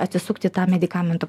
atsisukt į tą medikamento